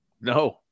No